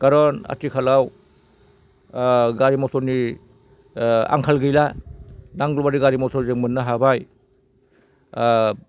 कारन आथिखालाव गारि मथरनि आंखाल गैला नांगौबायदि गारि मथर जों मोननो हाबाय